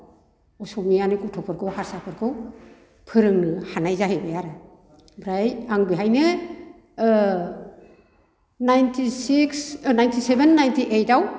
असमियानि गथ'फोरखौ हारसाफोरखौ फोरोंनो हानाय जाहैबाय आरो ओमफ्राय आं बेहायनो ninety six ninety seven ninety eight आव